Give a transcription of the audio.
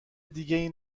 دیگهای